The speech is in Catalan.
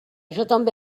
també